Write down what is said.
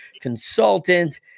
consultant